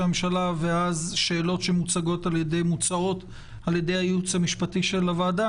הממשלה ואז שאלות שמוצעות על-ידי הייעוץ המשפטי של הוועדה,